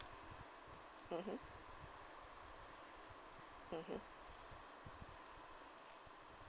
mmhmm mmhmm